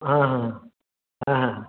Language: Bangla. হ্যাঁ হ্যাঁ হ্যাঁ হ্যাঁ